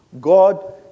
God